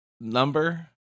number